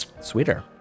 sweeter